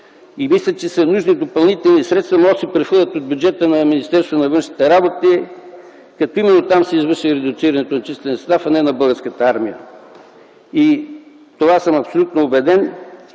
Мисля, че са нужни допълнителни средства, които могат да се прехвърлят от бюджета на Министерството на вътрешните работи, като именно там се извърши редуцирането на числения състав, а не на Българската армия. В това съм абсолютно убеден,